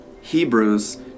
Hebrews